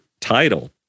title